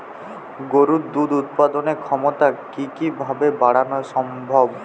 গরুর দুধ উৎপাদনের ক্ষমতা কি কি ভাবে বাড়ানো সম্ভব?